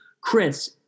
Chris